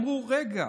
אמרו: רגע,